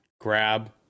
grab